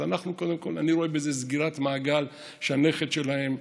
אז אני רואה בזה סגירת מעגל שהנכד שלהם,